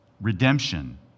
redemption